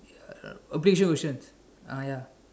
uh a picture version ah ya